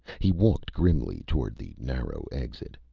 he walked grimly toward the narrow exit.